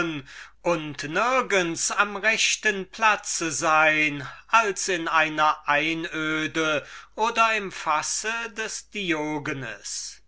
und nirgends am rechten platze sein als in einer einöde oder im fasse des diogenes